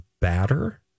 batter